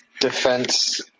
defense